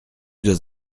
dois